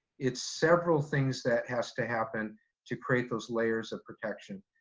it's several things that has to happen to create those layers of protection.